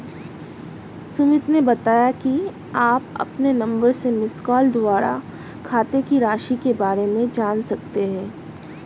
सुमित ने बताया कि आप अपने नंबर से मिसकॉल द्वारा खाते की राशि के बारे में जान सकते हैं